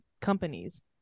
companies